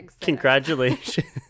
congratulations